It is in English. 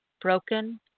broken